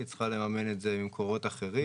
היא צריכה לממן את זה ממקורות אחרים.